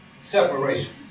Separation